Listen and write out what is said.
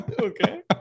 Okay